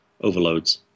overloads